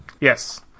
Yes